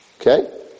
Okay